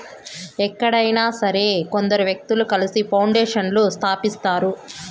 ఎక్కడైనా సరే కొందరు వ్యక్తులు కలిసి పౌండేషన్లను స్థాపిస్తారు